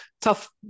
tough